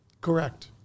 Correct